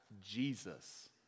Jesus